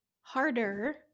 harder